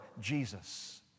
Jesus